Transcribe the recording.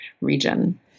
region